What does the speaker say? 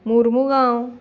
Mormugao